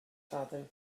father